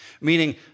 meaning